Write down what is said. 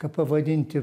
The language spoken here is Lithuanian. ką pavadinti